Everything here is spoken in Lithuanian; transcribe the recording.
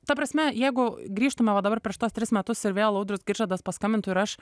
ta prasme jeigu grįžtume va dabar prieš tuos tris metus ir vėl audrius giržadas paskambintų ir aš